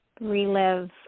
Relive